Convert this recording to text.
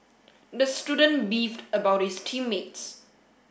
the student beefed about his team mates